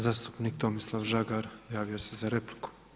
Zastupnik Tomislav Žagar javio se za repliku.